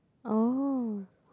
oh